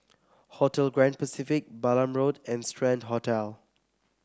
Hotel Grand Pacific Balam Road and Strand Hotel